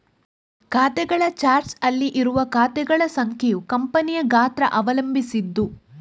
ಖಾತೆಗಳ ಚಾರ್ಟ್ ಅಲ್ಲಿ ಇರುವ ಖಾತೆಗಳ ಸಂಖ್ಯೆಯು ಕಂಪನಿಯ ಗಾತ್ರ ಅವಲಂಬಿಸಿದ್ದು